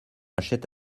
achète